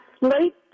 late